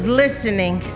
listening